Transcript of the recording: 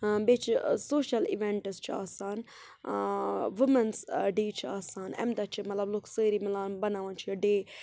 بیٚیہِ چھِ social events چھِ آسان وُمٮ۪نٕس ڈے چھِ آسان اَمہِ دۄہ چھِ مطلب لُکھ سٲری مِلان بَناوان چھِ یہِ ڈے